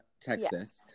texas